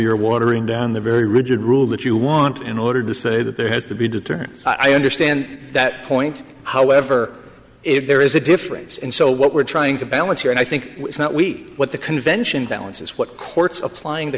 you're watering down the very rigid rule that you want in order to say that there has to be deterrence i understand that point however if there is a difference and so what we're trying to balance here and i think that we what the convention balances what courts applying the